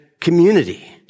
community